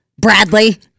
Bradley